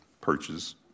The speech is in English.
purchase